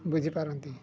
ବୁଝିପାରନ୍ତି